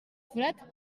forat